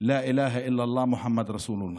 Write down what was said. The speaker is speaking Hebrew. "לא אלה אלא אללה ומוחמד רסול אללה".